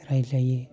रायलायो